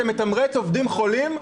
זה מתמרץ עובדים חולים,